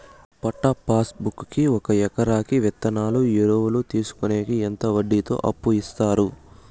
పట్టా pass book కి ఒక ఎకరాకి విత్తనాలు, ఎరువులు తీసుకొనేకి ఎంత వడ్డీతో అప్పు ఇస్తారు?